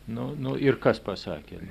nu nu ir kas pasakė